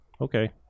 okay